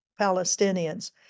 Palestinians